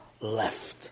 left